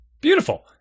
beautiful